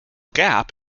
gap